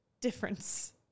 difference